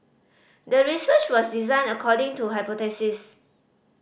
the research was designed according to hypothesis